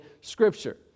scripture